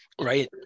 right